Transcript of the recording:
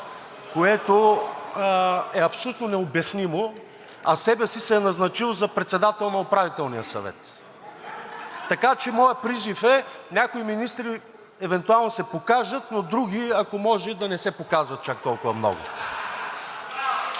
което е абсолютно необяснимо (шум и реплики), а себе си е назначил за председател на Управителния съвет. (Смях и шум.) Така че моят призив е: някои министри евентуално да се покажат, но други, ако може, да не се показват чак толкова много.